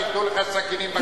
שיתקעו לך סכינים בגב?